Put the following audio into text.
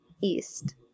East